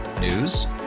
News